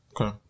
okay